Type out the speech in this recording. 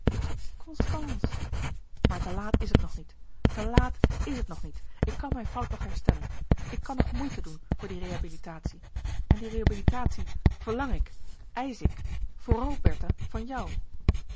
constance maar te laat is het nog niet te laat is het nog niet ik kan mijn fout nog herstellen ik kan nog moeite doen voor die rehabilitatie en die rehabilitatie verlang ik e i s c h i k vooral bertha van jou